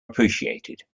appreciated